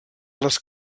les